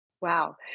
Wow